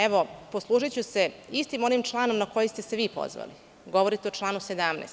Evo, poslužiću se istim onim članom na koji ste se vi pozvali, govorite o članu 17.